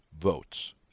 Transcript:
votes